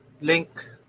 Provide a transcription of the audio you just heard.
link